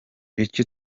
icyo